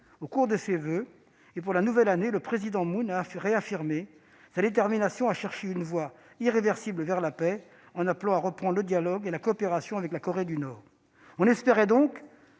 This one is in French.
a présenté ses voeux pour la nouvelle année, le président Moon Jae-in a réaffirmé sa détermination à chercher une « voie irréversible vers la paix » et appelé à reprendre le dialogue et la coopération avec la Corée du Nord. On espérait donc,